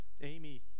Amy